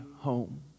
home